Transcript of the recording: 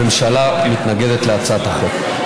הממשלה מתנגדת להצעת החוק.